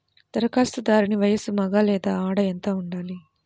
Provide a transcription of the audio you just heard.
ధరఖాస్తుదారుని వయస్సు మగ లేదా ఆడ ఎంత ఉండాలి?